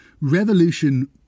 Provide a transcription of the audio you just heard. revolution